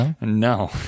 no